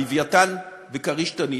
"לווייתן" ו"כריש" ו"תנין",